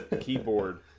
keyboard